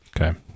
Okay